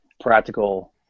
practical